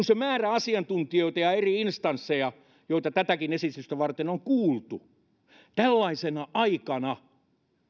se määrä asiantuntijoita ja eri instansseja joita tätäkin esitystä varten on kuultu tällaisena aikana